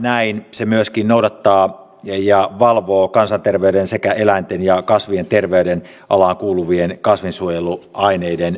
näin se myöskin noudattaa ja valvoo kansanterveyden sekä eläinten ja kasvien terveyden alaan kuuluvien kasvinsuojeluaineiden käyttöä